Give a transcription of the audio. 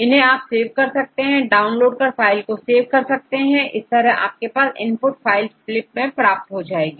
इन्हें आप सेव कर सकते हैं डाउनलोड कर फाइल को सेव कर सकते हैं इस तरह आपके पास इनपुट फाइल फिलिप के लिए आ जाएगी